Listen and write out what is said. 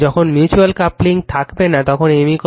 যখন mutual coupling থাকবে না তখন M0